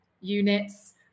units